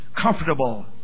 comfortable